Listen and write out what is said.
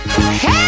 Hey